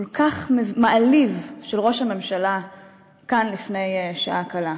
כל כך מעליב, של ראש הממשלה כאן לפני שעה קלה.